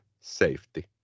Safety